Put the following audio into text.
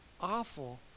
awful